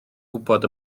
gwybod